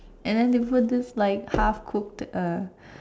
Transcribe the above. and then they put this like half cooked uh